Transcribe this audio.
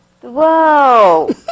Whoa